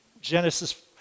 Genesis